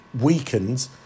weakened